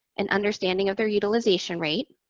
an understanding of their utilization rate,